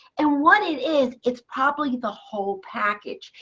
and what it is, it's probably the whole package.